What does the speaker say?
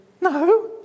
no